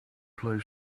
play